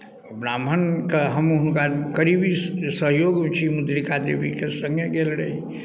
ब्राह्मणके हम हुनका करीबी सहयोगी मुद्रिका देवीके सङ्गे गेल रही